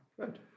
Good